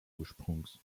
ursprungs